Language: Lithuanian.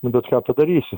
nu bet ką padarysi